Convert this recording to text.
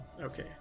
Okay